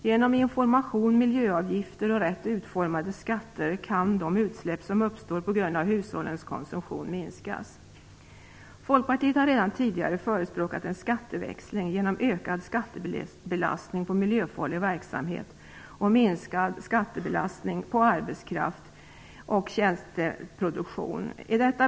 Genom information, miljöavgifter och rätt utformade skatter kan de utsläpp som uppstår på grund av hushållens konsumtion minskas. Folkpartiet har redan tidigare förespråkat en skatteväxling genom ökad skattebelastning på miljöfarlig verksamhet och minskad skattebelastning på arbetskraft och tjänsteproduktion.